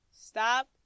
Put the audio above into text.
stop